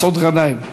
מסעוד גנאים.